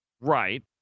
Right